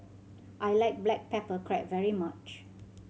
I like black pepper crab very much